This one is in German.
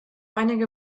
einige